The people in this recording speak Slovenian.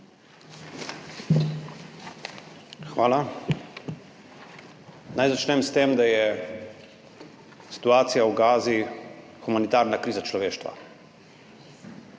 Hvala. Naj začnem s tem, da je situacija v Gazi humanitarna kriza človeštva.